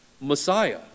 Messiah